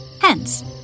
Hence